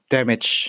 Damage